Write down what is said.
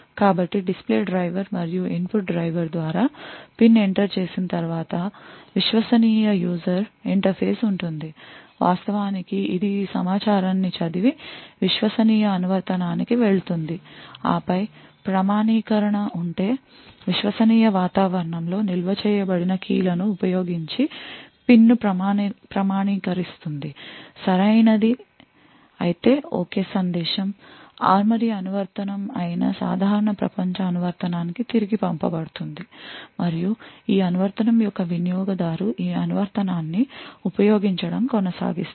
కాబట్టి display driver మరియు input driver ద్వారా పిన్ ఎంటర్ చేసిన తర్వాత విశ్వసనీయ యూజర్ ఇంటర్ఫేస్ ఉంటుంది వాస్తవానికి ఇది ఈ సమాచారాన్ని చదివి విశ్వసనీయ అనువర్తనానికి వెళుతుంది ఆపై ప్రామాణీకరణ ఉంటే విశ్వసనీయ వాతావరణం లో నిల్వ చేయబడిన key లను ఉపయోగించి పిన్ను ప్రామాణీకరిస్తుంది సరైన ది అయితే ok సందేశం ARMORY అనువర్తనం అయిన సాధారణ ప్రపంచ అనువర్తనానికి తిరిగి పంపబడుతుంది మరియు ఈ అనువర్తనం యొక్క వినియోగ దారు ఈ అనువర్తనాన్ని ఉపయోగించడం కొనసాగిస్తారు